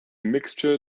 mixture